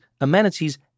amenities